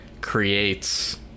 creates